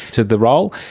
to the role,